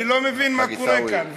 אני לא מבין מה קורה כאן.